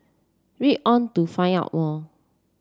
read on to find out more